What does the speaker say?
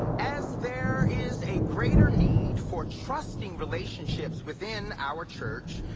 as there is a greater need for trusting relationships within our church,